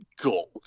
gold